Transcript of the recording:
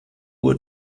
uhr